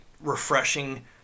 refreshing